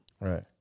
Right